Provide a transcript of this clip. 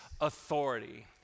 authority